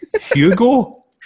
Hugo